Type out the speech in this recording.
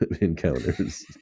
encounters